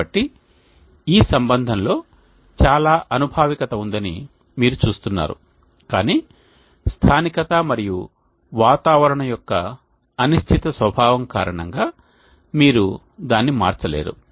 కాబట్టి ఈ సంబంధంలో చాలా అనుభావికత ఉందని మీరు చూస్తున్నారు కానీ స్థానికత మరియు వాతావరణం యొక్క అనిశ్చిత స్వభావం కారణంగా మీరు దానిని మార్చలేరు